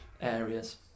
areas